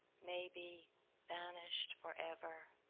maybe vanished forever